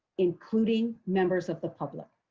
including members of the public.